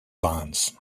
bonds